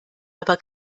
aber